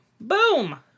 boom